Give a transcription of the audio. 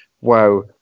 Wow